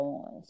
on